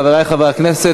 חברי הכנסת,